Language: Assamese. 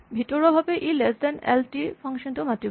ভিতৰুৱাভাৱে ই লেচ ডেন এল টি ফাংচন টো মাতিব